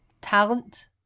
talent